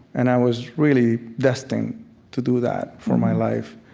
and i was really destined to do that for my life.